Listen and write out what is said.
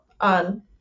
on